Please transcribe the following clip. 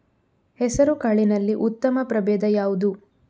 ಹೆಸರುಕಾಳಿನಲ್ಲಿ ಉತ್ತಮ ಪ್ರಭೇಧ ಯಾವುದು?